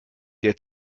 der